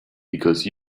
because